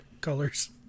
colors